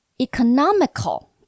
Economical